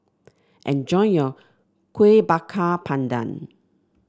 enjoy your Kueh Bakar Pandan